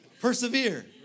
Persevere